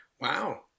wow